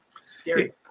scary